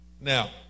now